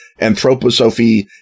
anthroposophy